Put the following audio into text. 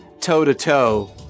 toe-to-toe